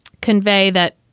convey that.